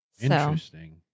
Interesting